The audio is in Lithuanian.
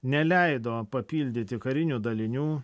neleido papildyti karinių dalinių